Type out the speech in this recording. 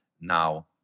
now